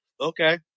Okay